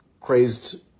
crazed